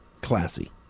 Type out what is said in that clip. classy